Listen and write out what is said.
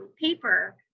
paper